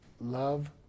Love